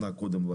גיא ג'ון, א',